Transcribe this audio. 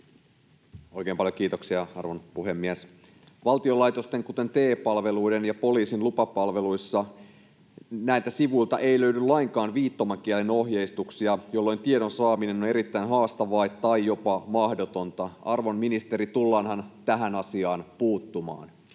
Oikein paljon kiitoksia, arvon puhemies! Valtion laitosten, kuten TE-palveluiden ja poliisin lupapalveluiden, sivuilta ei löydy lainkaan viittomakielen ohjeistuksia, jolloin tiedon saaminen on erittäin haastavaa tai jopa mahdotonta. Arvon ministeri, tullaanhan tähän asiaan puuttumaan?